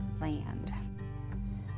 land